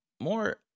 more